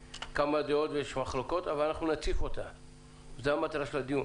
אבל אנחנו נציף את כל הדעות, זו מטרת הדיון.